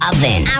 Oven